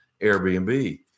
Airbnb